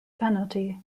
penalty